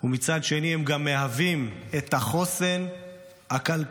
ומצד שני הם גם מהווים את החוסן הכלכלי